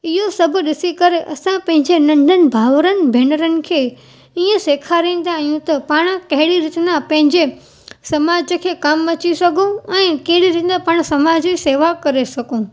इहो सभु ॾिसी करे असां पंहिंजे नंढनि भावरनि ऐं भेनरनि खे इहो सेखारींदा आहियूं त पाण कहिड़ी रीति न पंहिंजे समाज खे कमु अची सघूं ऐं कहिड़ी रीति न समाज जी सेवा करे सघूं